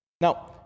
Now